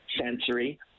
sensory